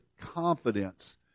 confidence